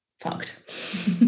fucked